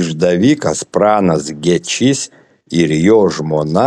išdavikas pranas gečys ir jo žmona